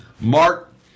Mark